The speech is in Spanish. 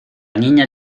niña